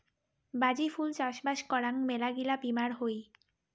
বাজি ফুল চাষবাস করাং মেলাগিলা বীমার হই